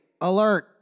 alert